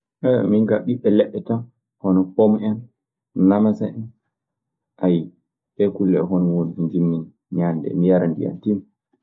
minkŋ ɓiɓɓe leɗɗe tan, hono pom en, namasa en, ɗee kulle e hono mun woni ko njimmi. ñaande mi yara ndiyan, tiimmi.